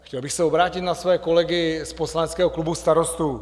Chtěl bych se obrátit na své kolegy z poslaneckého klubu Starostů.